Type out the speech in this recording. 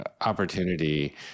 opportunity